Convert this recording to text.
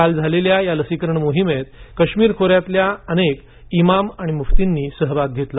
काल झालेल्या या लसीकरण मोहिमेत काश्मीर खोऱ्यातल्या अनेक इमाम आणि मुफ्तींनी सहभाग घेतला